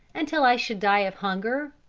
until i should die of hunger,